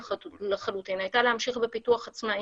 לחלוטין הייתה להמשיך בפיתוח עצמאי.